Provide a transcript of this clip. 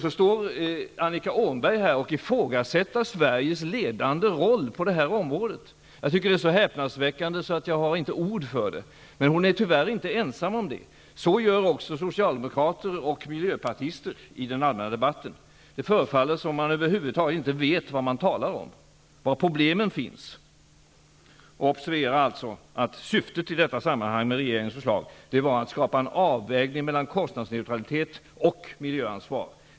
Då står Annika Åhnberg här och ifrågasätter Sveriges ledande roll på detta område. Jag tycker att det är så häpnadsväckande att jag inte har ord för det. Men hon är tyvärr inte ensam om det. Så gör också socialdemokrater och miljöpartister i den allmänna debatten. Det förefaller som om man över huvud taget inte vet vad man talar om eller var problemen finns. Observera alltså att syftet med regeringens förslag var att skapa en avvägning mellan kostnadsneutralitet och miljöansvar.